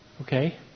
Okay